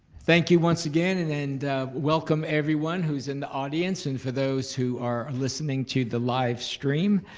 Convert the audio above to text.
thank you once again and and welcome everyone who's in the audience and for those who are listening to the live stream.